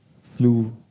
flu